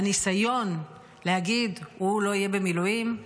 הניסיון להגיד שהוא לא יהיה במילואים,